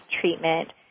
treatment